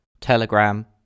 Telegram